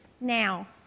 Now